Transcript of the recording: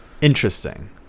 interesting